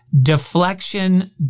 Deflection